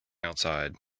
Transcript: outside